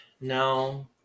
No